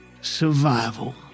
Survival